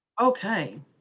Okay